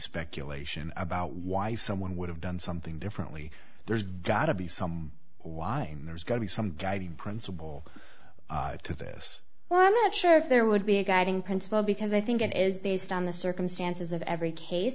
speculation about why someone would have done something differently there's got to be some why there's going to be some guiding principle to this well i'm not sure if there would be a guiding principle because i think it is based on the circumstances of every case